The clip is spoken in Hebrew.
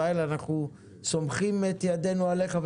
ישראל אנחנו סומכים את ידינו עליך,